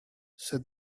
said